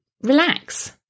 relax